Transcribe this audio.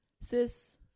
Sis